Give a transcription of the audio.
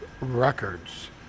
records